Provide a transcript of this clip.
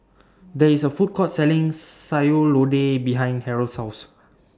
There IS A Food Court Selling Sayur Lodeh behind Harrell's House